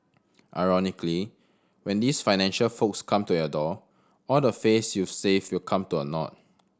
ironically when these financial folks come to your door all the face you've saved will come to a naught